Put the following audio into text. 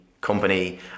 company